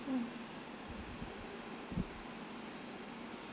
mm